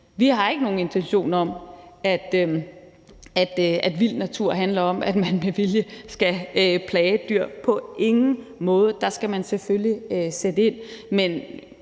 Vi har ikke nogen intentioner om, at vild natur handler om, at man med vilje skal plage dyr, på ingen måde. Der skal man selvfølgelig sætte ind.